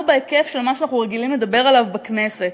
בהיקף של מה שאנחנו רגילים לדבר עליו בכנסת.